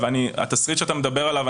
התסריט שאתה מדבר עליו,